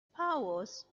powers